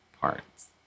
parts